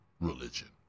religion